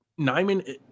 Nyman